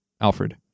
Alfred